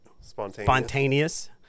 spontaneous